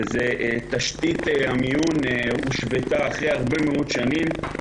תשתית המיון הושוותה אחרי הרבה מאוד שנים.